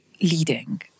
leading